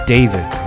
David